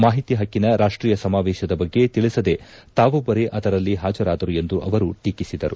ಮಾಹಿತಿ ಹಕ್ಕನ ರಾಷ್ಟೀಯ ಸಮಾವೇಶದ ಬಗ್ಗೆ ತಿಳಿಸದೇ ತಾವೊಬ್ಬರೇ ಅದರಲ್ಲಿ ಹಾಜರಾದರು ಎಂದು ಅವರು ಟೀಕಿಸಿದರು